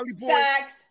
sacks